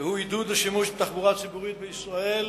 הוא עידוד השימוש בתחבורה הציבורית בישראל,